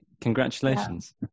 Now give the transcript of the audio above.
Congratulations